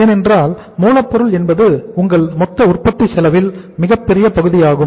ஏனென்றால் மூலப்பொருள் என்பது உங்கள் மொத்த உற்பத்தி செலவில் மிகப்பெரிய பகுதியாகும்